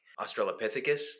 Australopithecus